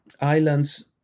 Islands